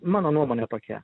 mano nuomonė tokia